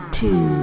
two